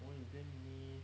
oo you blame me